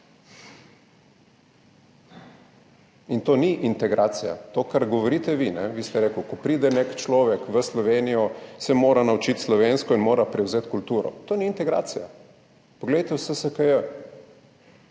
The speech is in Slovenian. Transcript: To ni integracija. To, kar govorite, vi ste rekli, ko pride nek človek v Slovenijo, se mora naučiti slovensko in mora prevzeti kulturo. To ni integracija. Poglejte v SSKJ.